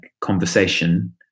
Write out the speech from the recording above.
conversation